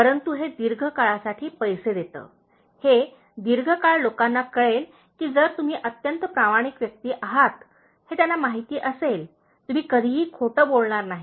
परंतु हे दीर्घकाळासाठी पैसे देते हे दीर्घकाळ लोकांना कळेल की जर तुम्ही अत्यंत प्रामाणिक व्यक्ती आहात हे त्यांना माहिती असेल तुम्ही कधीही खोटे बोलणार नाही